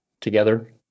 together